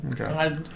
Okay